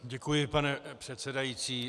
Děkuji, pane předsedající.